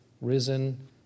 risen